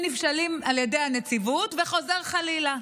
שנפסלים על ידי הנציבות וחוזר חלילה,